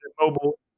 mobile